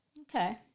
Okay